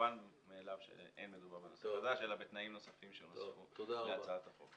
מובן מאליו שאין מדובר בנושא חדש אלא בתנאים נוספים שנוספו להצעת החוק.